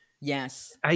Yes